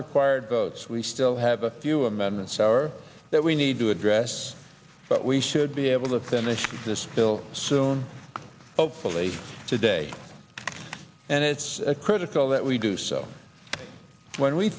required votes we still have a few amendments our that we need to address but we should be able to finish this bill soon hopefully today and it's critical that we do so when we